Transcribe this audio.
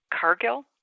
Cargill